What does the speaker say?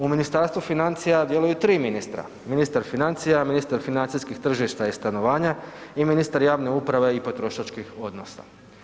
U Ministarstvu financija djeluju 3 ministra, ministar financija, ministar financijskih tržišta i stanovanja i ministar javne uprave i potrošačkih odnosa.